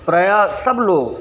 प्रायः सब लोग